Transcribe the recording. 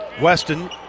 Weston